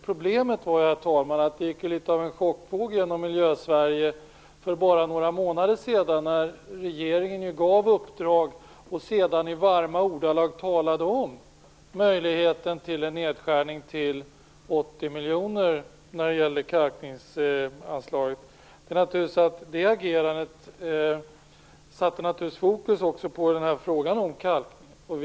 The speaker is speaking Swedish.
Problemet, herr talman, var att det gick litet av en chockvåg genom Miljö-Sverige för bara några månader sedan, när regeringen gav uppdrag och sedan i varma ordalag talade om möjligheten till en nedskärning av kalkningsanslaget till 80 miljoner. Det agerandet satte naturligtvis fokus på frågan om kalkning.